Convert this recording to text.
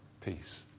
Peace